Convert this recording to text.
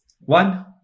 One